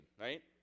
right